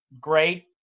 great